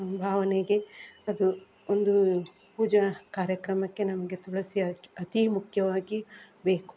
ಭಾವನೆಗೆ ಅದು ಒಂದು ಪೂಜಾ ಕಾರ್ಯಕ್ರಮಕ್ಕೆ ನಮಗೆ ತುಳಸಿ ಅಕ್ ಅತಿ ಮುಖ್ಯವಾಗಿ ಬೇಕು